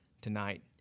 Tonight